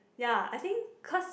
ya I think because